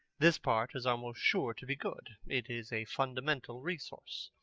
this part is almost sure to be good. it is a fundamental resource.